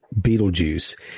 Beetlejuice